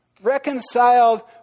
Reconciled